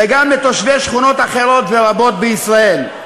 וגם לתושבי שכונות אחרות ורבות בישראל.